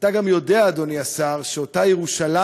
אתה גם יודע, אדוני השר, שאותה ירושלים,